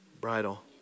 bridle